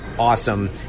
awesome